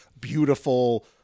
beautiful